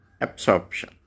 absorption